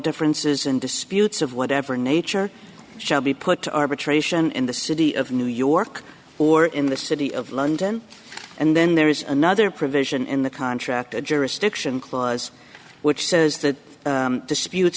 differences in disputes of whatever nature shall be put to arbitration in the city of new york or in the city of london and then there is another provision in the contract jurisdiction clause which says that disputes